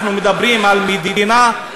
אנחנו מדברים על מדינה,